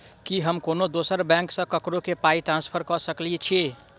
की हम कोनो दोसर बैंक सँ ककरो केँ पाई ट्रांसफर कर सकइत छि?